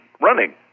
running